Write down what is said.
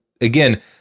again